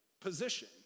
position